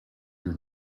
your